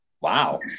Wow